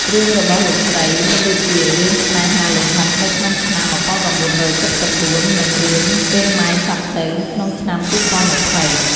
រឿងរបស់លោកស្រីមានដូចជា រឿង ស្នេហាលោហិត នៅក្នុងឆ្នាំ ១៩៧៤ និង រឿង ពេលម៉ែចាស់ទៅ ក្នុងឆ្នាំ ២០២០។